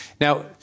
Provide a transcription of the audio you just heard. Now